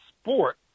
sport